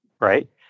right